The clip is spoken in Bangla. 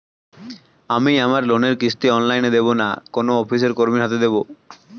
আমি আমার লোনের কিস্তি অনলাইন দেবো না কোনো অফিসের কর্মীর হাতে দেবো?